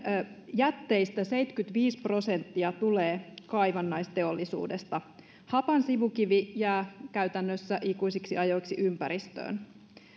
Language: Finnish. jätteistä seitsemänkymmentäviisi prosenttia tulee kaivannaisteollisuudesta hapan sivukivi jää käytännössä ikuisiksi ajoiksi ympäristöön